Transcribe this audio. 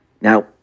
Now